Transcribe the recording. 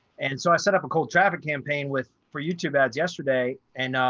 and so i set up a cold traffic campaign with four youtube ads yesterday and